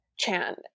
Chan